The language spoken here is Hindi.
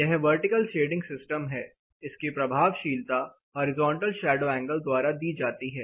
यह वर्टिकल शेडिंग सिस्टम है इसकी प्रभावशीलता हॉरिजॉन्टल शैडो एंगल द्वारा दी जाती है